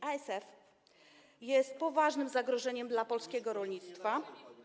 ASF jest poważnym zagrożeniem dla polskiego rolnictwa.